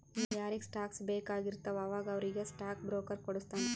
ಯಾರಿಗ್ ಸ್ಟಾಕ್ಸ್ ಬೇಕ್ ಆಗಿರ್ತುದ ಅವಾಗ ಅವ್ರಿಗ್ ಸ್ಟಾಕ್ ಬ್ರೋಕರ್ ಕೊಡುಸ್ತಾನ್